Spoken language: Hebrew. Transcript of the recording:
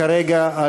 כרגע,